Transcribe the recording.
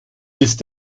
ist